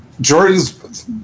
Jordan's